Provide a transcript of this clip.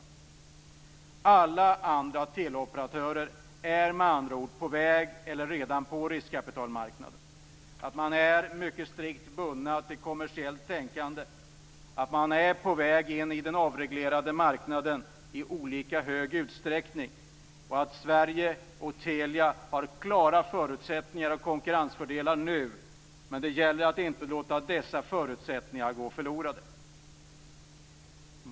Alla andra teleoperatörer är med andra ord på väg mot riskkapitalmarknaden - eller är redan där. De är strikt bundna till kommersiellt tänkande. De är i olika hög utsträckning på väg in i den avreglerade marknaden. Sverige och Telia har klara förutsättningar och konkurrensfördelar nu. Det gäller att inte låta dessa förutsättningar gå förlorade.